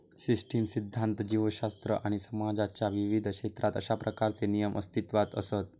system सिध्दांत, जीवशास्त्र आणि समाजाच्या विविध क्षेत्रात अशा प्रकारचे नियम अस्तित्वात असत